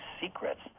secrets